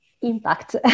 impact